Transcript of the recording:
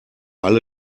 alle